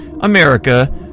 America